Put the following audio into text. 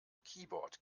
keyboard